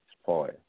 spoil